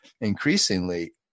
increasingly